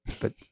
but-